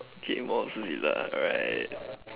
okay mothzilla right